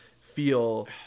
feel